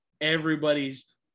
everybody's